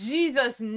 Jesus